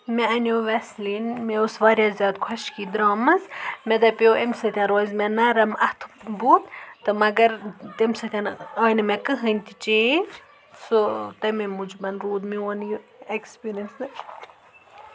مےٚ اَنیو وؠسلیٖن مےٚ اوس واریاہ زیادٕ خۄشگی درٛامٕژ مےٚ دَپیو اَمہِ سۭتۍ روزِ مےٚ نَرٕم اَتھٕ بُتھ تہٕ مگر تَمہِ سۭتؠن آیہِ نہٕ مےٚ کٕہٕنۍ تہِ چینٛج سۄ تَمے موٗجوٗبَن روٗد میون یہِ ایٚکٕسپیٖریَنٕس تہٕ